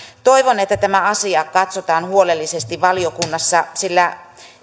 toivon että tämä asia katsotaan huolellisesti valiokunnassa sillä